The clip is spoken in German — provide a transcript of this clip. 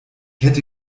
hätte